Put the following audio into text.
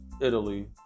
Italy